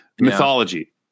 mythology